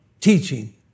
teaching